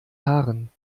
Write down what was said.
haaren